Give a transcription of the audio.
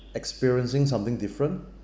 experiencing something different